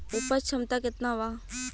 उपज क्षमता केतना वा?